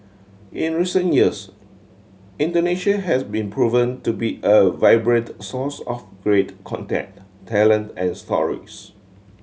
in recent years Indonesia has been proven to be a vibrant source of great content talent and stories